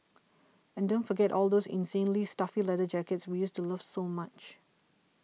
and don't forget all those insanely stuffy leather jackets we used to love so much